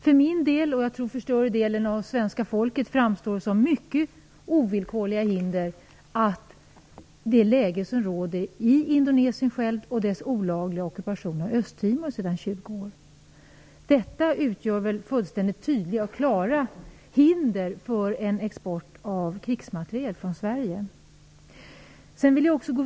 För min del och - tror jag - för större delen av svenska folket framstår det läge som råder i Indonesien och Indonesiens olagliga ockupation av Östtimor sedan 20 år som mycket ovillkorliga hinder. Detta utgör väl fullständigt tydliga och klara hinder för en export av krigsmateriel från Sverige?